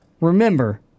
Remember